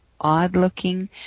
odd-looking